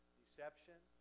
deception